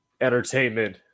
entertainment